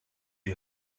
les